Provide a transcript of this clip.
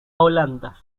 holanda